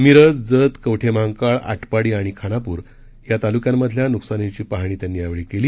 मिरज जत कवठे महांकाळ आटपाडी आणि खानापूर तालुक्यातल्या नुकसानींची पाहणी त्यांनी यावेळी केली